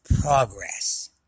progress